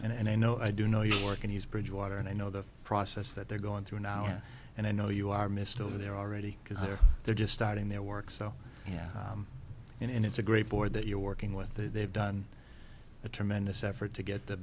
inheriting and i know i do know your work and he's bridgewater and i know the process that they're going through an hour and i know you are mr over there already because they're they're just starting their work so yeah and it's a great board that you're working with that they've done a tremendous effort to get the